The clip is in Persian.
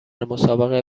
مسابقه